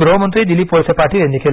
गृहमंत्री दिलीप वळसे पाटील यांनी केलं